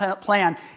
plan